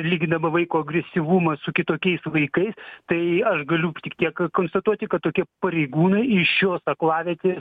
lygindama vaiko agresyvumą su kitokiais vaikais tai aš galiu tik tiek konstatuoti kad tokie pareigūnai iš šios aklavietės